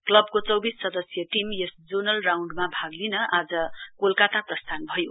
क्लबको चौबिस सदस्यीय टीम यस जोनल राउण्डमा भाग लिन आज कोलकाता प्रस्थान भयो